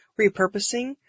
repurposing